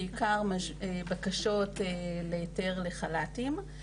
בעיקר בקשות להיתר לחל"תים.